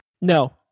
No